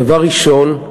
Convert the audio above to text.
דבר ראשון,